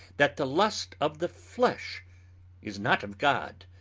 that the lust of the flesh is not of god,